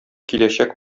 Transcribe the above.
киләчәк